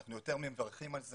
אנחנו יותר מאשר מברכים על כך.